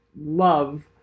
love